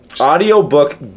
audiobook